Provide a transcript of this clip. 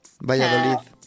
Valladolid